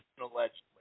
allegedly